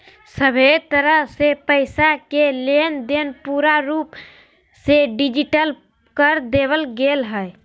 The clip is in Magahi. सभहे तरह से पैसा के लेनदेन पूरा रूप से डिजिटल कर देवल गेलय हें